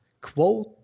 quote